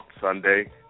Sunday